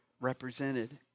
represented